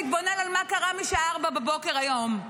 להתבונן מה קרה משעה 04:00 היום,